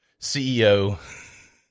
CEO